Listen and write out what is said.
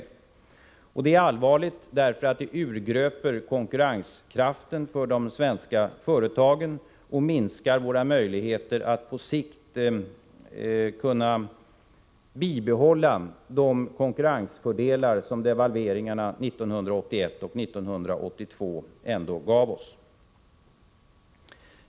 Det är 17 allvarligt därför att det urgröper konkurrenskraften för de svenska företagen och minskar våra möjligheter att på sikt bibehålla de konkurrensfördelar som devalveringarna 1981 och 1982 ändå gav oss.